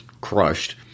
crushed